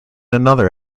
another